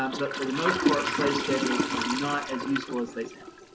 um but for the most part, slave schedules are not as useful as they sound.